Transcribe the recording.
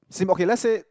okay let's say